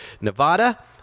Nevada